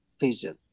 vision